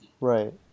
Right